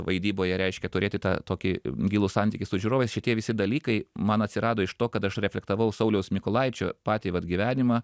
vaidyboje reiškia turėti tą tokį gilų santykį su žiūrovais šitie visi dalykai man atsirado iš to kad aš reflektavau sauliaus mykolaičio patį vat gyvenimą